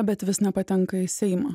bet vis nepatenka į seimą